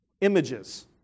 Images